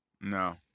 No